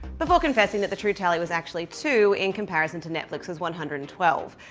before confessing that the true tally was actually two, in comparison to netflix's one hundred and twelve.